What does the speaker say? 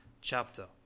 chapter